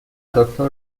دکتر